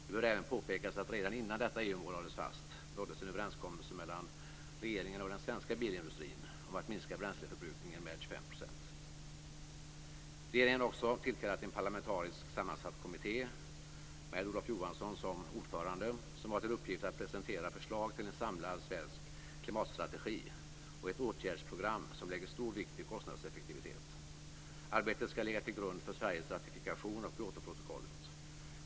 Det bör även påpekas att redan innan detta EU-mål lades fast nåddes en överenskommelse mellan regeringen och den svenska bilindustrin om att minska bränsleförbrukningen med Regeringen har också tillkallat en parlamentariskt sammansatt kommitté med Olof Johansson som ordförande, som har till uppgift att presentera förslag till en samlad svensk klimatstrategi och ett åtgärdsprogram som lägger stor vikt vid kostnadseffektivitet. Arbetet skall ligga till grund för Sveriges ratifikation av Kyotoprotokollet.